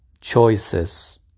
Choices